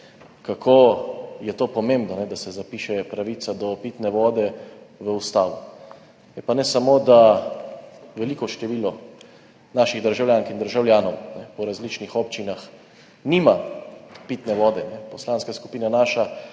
kako je to pomembno, da se zapiše pravica do pitne vode v Ustavo. Ne samo, da veliko število naših državljank in državljanov po različnih občinah nima pitne vode, naša poslanska skupina je